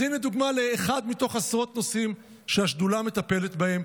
אז הינה דוגמה לאחד מתוך עשרות נושאים שהשדולה מטפלת בהם.